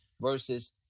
versus